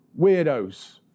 weirdos